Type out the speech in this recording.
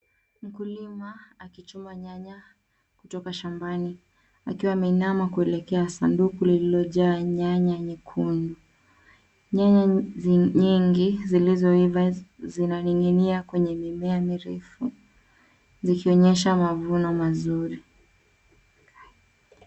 Mkulima akichuma nyanya kutoka shambani, akiwa ameinama kuelekea sanduku lililojaa nyanya nyekundu. Nyanya nyingi zilizoiva zinaning'inia kwenye mimea mirefu zikionyesha mavuno mazuri.